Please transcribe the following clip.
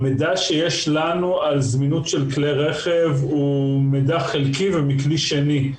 המידע שיש לנו על זמינות של כלי רכב הוא חלקי ומכלי שני,